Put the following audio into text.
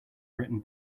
written